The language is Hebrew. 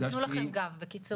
נתנו לכם גב בקיצור.